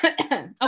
Okay